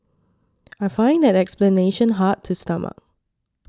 I find that explanation hard to stomach